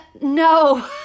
no